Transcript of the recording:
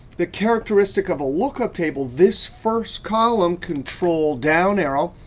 the characteristic of a lookup table, this first column, control down arrow,